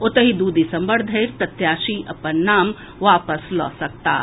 ओतहि दू दिसम्बर धरि प्रत्याशी अपन नाम वापस लऽ सकताह